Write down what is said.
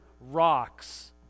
rocks